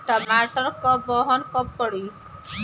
टमाटर क बहन कब पड़ी?